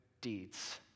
deeds